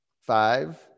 five